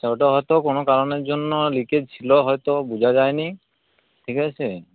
আচ্ছা ওটা হয়তো কোনো কারণের জন্য লিকেজ ছিলো হয়তো বোঝা যায় নি ঠিক আছে